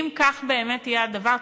אם כך באמת יהיה הדבר,